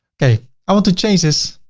okay. i want to change this,